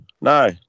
no